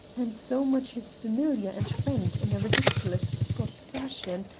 and so much his familiar and friend in a ridiculous scots fashion,